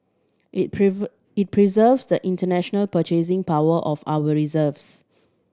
it it preserves the international purchasing power of our reserves